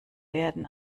werden